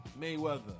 Mayweather